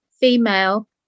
female